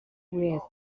with